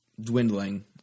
dwindling